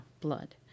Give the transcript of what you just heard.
blood